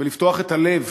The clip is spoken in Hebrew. ולפתוח את הלב